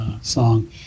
song